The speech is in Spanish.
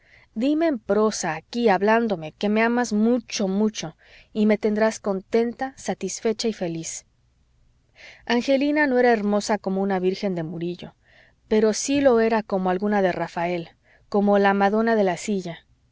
dime en prosa aquí hablándome que me amas mucho mucho y me tendrás contenta satisfecha y feliz angelina no era hermosa como una virgen de murillo pero sí lo era como alguna de rafael como la madona de la silla